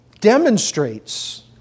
demonstrates